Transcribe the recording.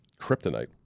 kryptonite